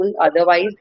Otherwise